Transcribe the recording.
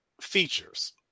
Features